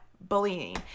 bullying